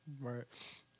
Right